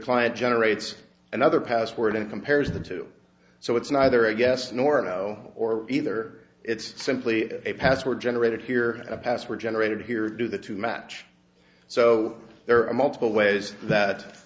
client generates another password and compares the two so it's neither a guest nor a no or either it's simply a password generated here a password generated here or do that to match so there are multiple ways that